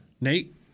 Nate